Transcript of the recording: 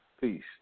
Peace